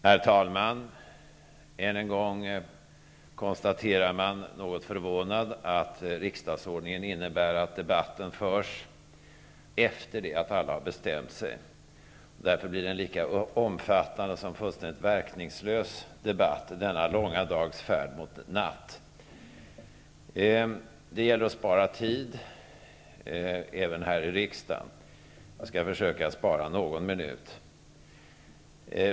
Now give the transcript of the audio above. Herr talman! Än en gång konstaterar jag något förvånat att riksdagsordningen innebär att debatten förs efter det att alla har bestämt sig. Därför blir det en lika omfattande som fullständigt verkningslös debatt i denna långa dags färd mot natt. Det gäller att spara tid även här i riksdagen. Jag skall försöka spara någon minut.